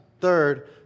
third